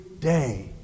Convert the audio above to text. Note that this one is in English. day